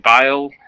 bale